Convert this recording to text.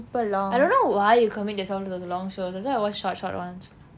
I don't know why you commit yourself to those long shows that's why I watch short short ones